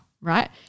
right